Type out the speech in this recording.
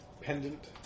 pendant